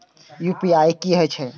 UPI की हेछे?